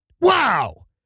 Wow